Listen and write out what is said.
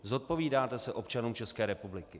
Zodpovídáte se občanům České republiky.